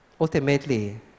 Ultimately